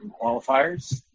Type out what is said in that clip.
qualifiers